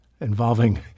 involving